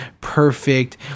perfect